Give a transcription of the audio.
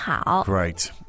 Great